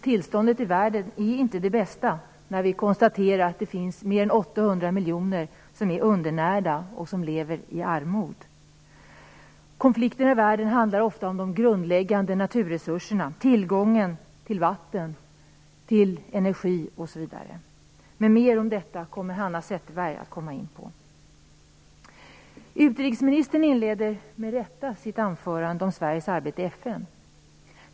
Tillståndet i världen är inte det bästa. Det finns mer än 800 miljoner människor som är undernärda och som lever i armod. Konflikterna i världen handlar ofta om de grundläggande naturresurserna, tillgången på vatten, energi osv. Men Hanna Zetterberg kommer senare att tala mera om detta. Utrikesministern inledde med rätta sitt anförande om Sveriges arbete i FN.